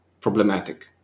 problematic